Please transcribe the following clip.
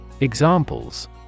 Examples